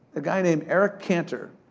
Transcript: a guy named eric cantor,